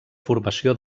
formació